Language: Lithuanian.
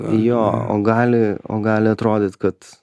jo o gali o gali atrodyt kad